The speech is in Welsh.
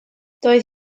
doedd